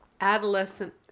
adolescent